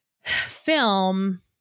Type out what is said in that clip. film